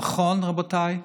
נכון, רבותיי,